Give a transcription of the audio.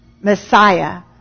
Messiah